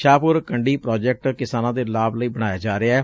Shahpur Kandi project ਕਿਸਾਨਾਂ ਦੇ ਲਾਭ ਲਈ ਬਣਾਇਆ ਜਾ ਰਿਹੈ